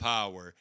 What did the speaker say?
Power